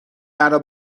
مرا